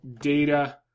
data